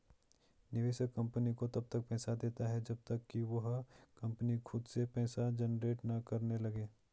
निवेशक कंपनी को तब तक पैसा देता है जब तक कि वह कंपनी खुद से पैसा जनरेट ना करने लगे